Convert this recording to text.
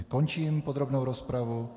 Končím podrobnou rozpravu.